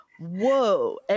whoa